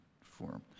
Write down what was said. form